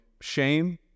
shame